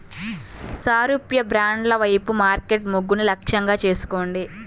సారూప్య బ్రాండ్ల వైపు మార్కెట్ మొగ్గును లక్ష్యంగా చేసుకోండి